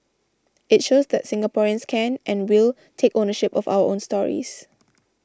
it shows that Singaporeans can and will take ownership of our own stories